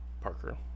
Parker